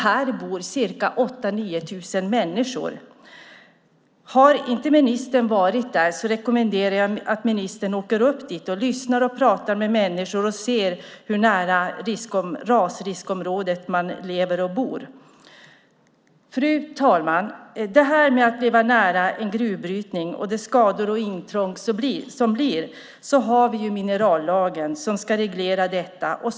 Där bor 8 000-9 000 människor. Om ministern inte varit där rekommenderar jag henne att åka upp dit, lyssna på och tala med människorna och se hur nära rasriskområdet de lever och bor. Fru talman! Att leva nära en gruvbrytning, med de skador och det intrång det innebär, finns reglerat i minerallagen.